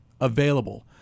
available